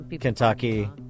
Kentucky